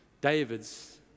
David's